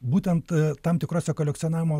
būtent tam tikrose kolekcionavimo